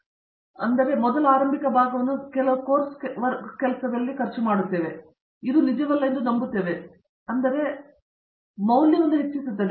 ಆದ್ದರಿಂದ ಮೊದಲ ಆರಂಭಿಕ ಭಾಗವನ್ನು ಕೆಲವು ಕೋರ್ಸ್ ಕೆಲಸದಲ್ಲಿ ಖರ್ಚು ಮಾಡಿದೆ ಅದು ನಿಜವಲ್ಲ ಎಂದು ನಾವು ನಂಬುತ್ತೇವೆ ಇದು ಜೀವನದ ಸಮಯದ ಮೇಲೆ ಮೌಲ್ಯವನ್ನು ಹೆಚ್ಚಿಸುತ್ತದೆ